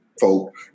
folk